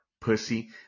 pussy